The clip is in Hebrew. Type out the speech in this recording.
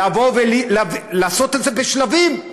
לעשות את זה בשלבים,